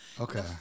Okay